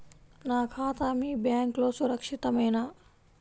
నా ఖాతా మీ బ్యాంక్లో సురక్షితమేనా?